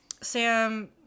Sam